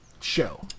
show